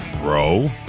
bro